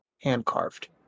hand-carved